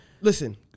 listen